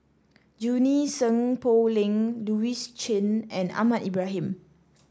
Junie Sng Poh Leng Louis Chen and Ahmad Ibrahim